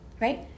Right